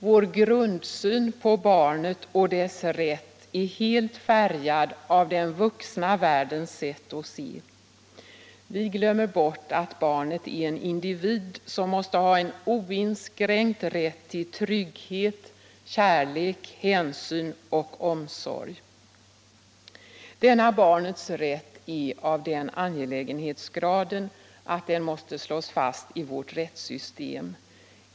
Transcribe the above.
Vår grundsyn på barnet och dess rätt är helt färgad av den vuxna världens sätt att se. Vi glömmer bort att barnet är en individ som måste ha oinskränkt rätt till trygghet, kärlek, hänsyn och omsorg. Denna barnets rätt är av den angelägenhetsgraden att den måste slås fast i vårt rättssystem.